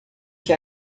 que